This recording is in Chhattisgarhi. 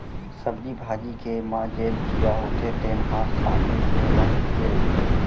सब्जी भाजी के म जेन कीरा होथे तेन ह सागे के रंग के रहिथे